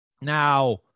Now